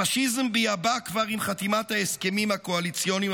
הפשיזם בעבע כבר עם חתימת ההסכמים הקואליציוניים